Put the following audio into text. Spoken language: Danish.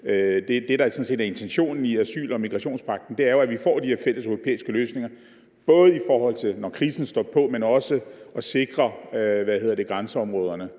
set er intentionen i asyl- og migrationspagten, er jo at få de her fælleseuropæiske løsninger, når krisen står på, men også at sikre grænseområderne.